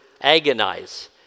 agonize